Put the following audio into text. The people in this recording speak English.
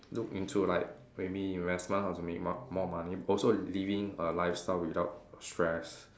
look into like maybe must learn how to earn more more money also living a lifestyle without stress